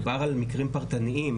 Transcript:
מדובר על מקרים פרטניים,